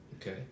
Okay